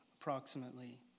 approximately